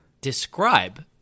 describe